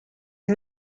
and